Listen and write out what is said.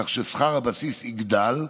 כך ששכר הבסיס יגדל,